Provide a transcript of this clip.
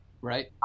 Right